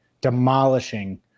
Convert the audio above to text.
demolishing